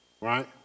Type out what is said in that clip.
right